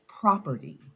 property